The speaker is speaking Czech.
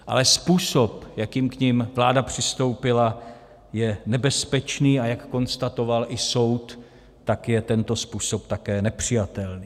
Ale způsob, jakým k nim vláda přistoupila, je nebezpečný, a jak konstatoval i soud, tak je tento způsob také nepřijatelný.